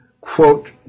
quote